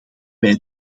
wij